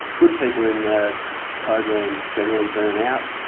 good people in the program generally burn out,